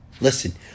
Listen